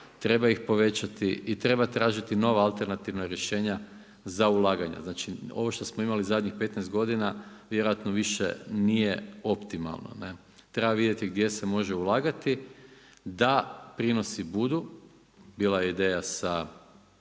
Treba ih povećati i treba tražiti nova alternativna rješenja za ulaganja. Znači, ovo što smo imali zadnjih 15 godina vjerojatno više nije optimalno. Treba vidjeti gdje se može ulagati da prinosi budu. Bila je ideja sa